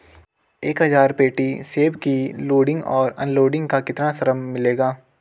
एक हज़ार पेटी सेब की लोडिंग और अनलोडिंग का कितना श्रम मिलेगा?